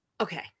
Okay